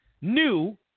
new